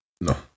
No